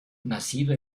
nacido